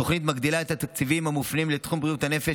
התוכנית מגדילה את התקציבים המופנים לתחום בריאות הנפש,